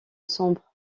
sombre